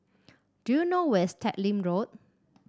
do you know where is Teck Lim Road